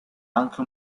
anche